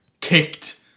kicked